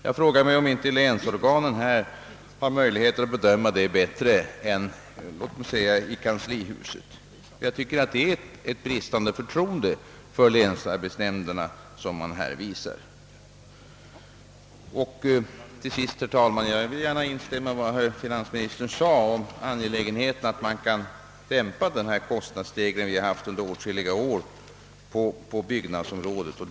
Jag frågar mig om inte länsorganet har möjlighet att bedöma det bättre än låt säga kanslihuset. Jag tycker att det är bristande förtroende för länsarbetsnämnderna som man här visar. Till sist, herr talman, vill jag gärna instämma i vad finansministern sade om angelägenheten av att dämpa den starka kostnadsstegring på byggnadsområdet som vi har haft under senare år.